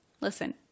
Listen